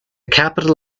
capital